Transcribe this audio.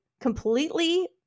completely